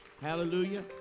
hallelujah